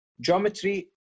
Geometry